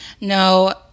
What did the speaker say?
no